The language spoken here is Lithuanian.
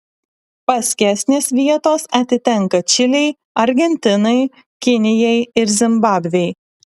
paskesnės vietos atitenka čilei argentinai kinijai ir zimbabvei